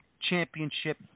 championship